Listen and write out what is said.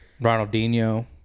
Ronaldinho